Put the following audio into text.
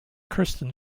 kirsten